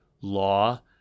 Law